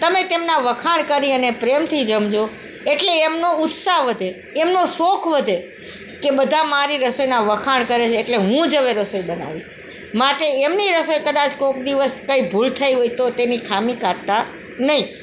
તમે તેમના વખાણ કરી અને પ્રેમથી જમજો એટલે એમનો ઉત્સાહ વધે એમનો શોખ વધે કે બધા મારી રસોઈનાં વખાણ કરે છે એટલે હું જ હવે રસોઈ બનાવીશ માટે એમની રસોઈ કદાચ કોઈક દિવસ કંઈ ભૂલ થઇ હોય તો તેની ખામી કાઢતા નહીં